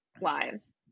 lives